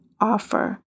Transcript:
offer